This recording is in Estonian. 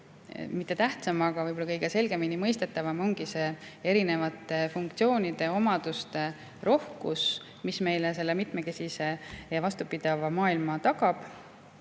mitte tähtsam, aga selgemini mõistetav ongi see erinevate funktsioonide ja omaduste rohkus, mis meile selle mitmekesise ja vastupidava maailma tagab.